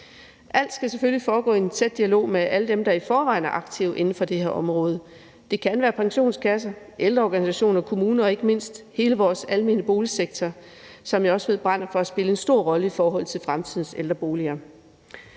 Alt skal selvfølgelig foregå i en tæt dialog med alle dem, der i forvejen er aktive inden for det her område. Det kan være pensionskasser, ældreorganisationer, kommuner og ikke mindst hele vores almene boligsektor, som jeg også ved brænder for at spille en stor rolle i forhold til fremtidens ældreboliger.